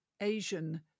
Asian